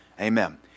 Amen